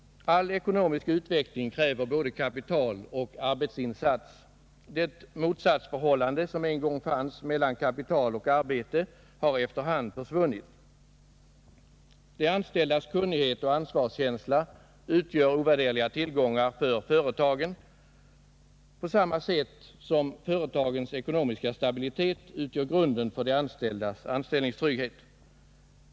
All ekonomisk utveckling kräver både kapital och arbetsinsats. Det motsatsförhållande som en gång fanns mellan kapital och arbete har efterhand försvunnit. De anställdas kunnighet och ansvarskänsla utgör ovärderliga tillgångar för företagen, på samma sätt som företagens ekonomiska stabilitet utgör grunden för de anställdas trygghet.